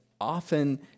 often